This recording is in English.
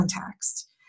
context